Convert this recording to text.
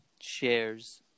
shares